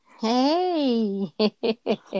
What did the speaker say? Hey